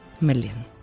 million